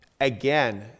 Again